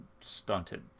stunted